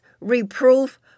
Reproof